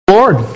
lord